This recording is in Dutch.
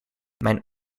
mijn